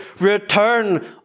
Return